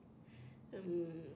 um